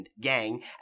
gang